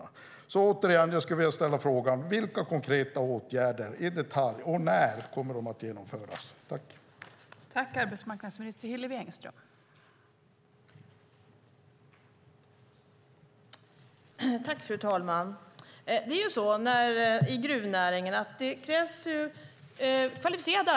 Jag vill återigen ställa frågan: Vilka konkreta åtgärder, i detalj, kommer att genomföras - och när?